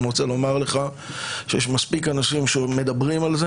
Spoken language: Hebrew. אני רוצה לומר לך שיש מספיק אנשים שמדברים על זה